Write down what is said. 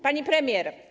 Pani Premier!